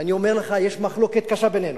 ואני אומר לך: יש מחלוקת קשה בינינו,